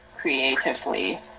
creatively